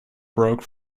broke